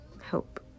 help